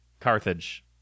Carthage